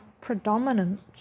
predominant